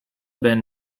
been